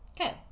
okay